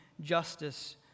justice